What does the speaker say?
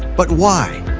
but why?